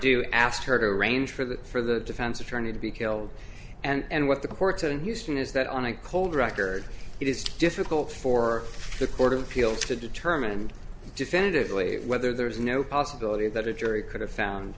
do ask her to arrange for that for the defense attorney to be killed and what the court in houston is that on a cold record it is difficult for the court of appeals to determine definitively whether there is no possibility that a jury could have found